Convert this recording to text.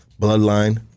bloodline